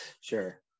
Sure